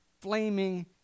flaming